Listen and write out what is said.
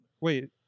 Wait